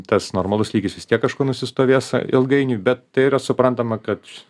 tas normalus lygis vis tiek kažkur nusistovės a ilgainiui bet tai yra suprantama kad